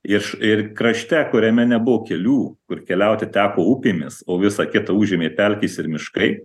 iš ir krašte kuriame nebuvo kelių kur keliauti teko upėmis o visa kita užėmė pelkės ir miškai